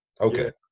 okay